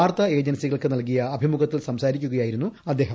വാർത്താ ഏജൻസികൾക്ക് നൽകിയ അഭിമുഖത്തിൽ സംസാരിക്കുകായിരുന്നു അദ്ദേഹം